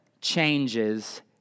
changes